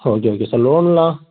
okay okay sir லோன்லாம்